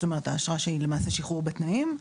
זאת אומרת האשרה שהיא למעשה שחרור בתנאים,